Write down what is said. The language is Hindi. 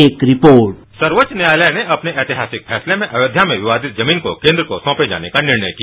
एक रिपोर्ट बाईट आनंद कुमार सर्वोच्च न्यायालय ने अपने ऐतिहासिक फैसले में अयोध्या में विवादित जगीन को केन्द्र को सौंपे जाने का निर्णय किया